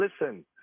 listen